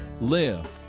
live